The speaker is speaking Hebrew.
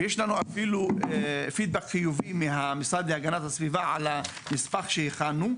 ויש לנו אפילו פידבק חיובי מהמשרד להגנת הסביבה על הנספח שהכנו,